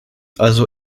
also